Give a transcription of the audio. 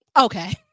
Okay